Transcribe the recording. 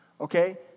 okay